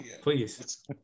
Please